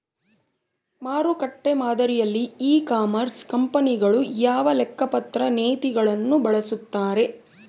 ಮಾರುಕಟ್ಟೆ ಮಾದರಿಯಲ್ಲಿ e commerce ಕಂಪನಿಗಳು ಯಾವ ಲೆಕ್ಕಪತ್ರ ನೇತಿಗಳನ್ನು ಬಳಸುತ್ತಾರೆ?